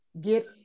get